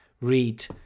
read